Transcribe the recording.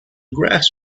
grass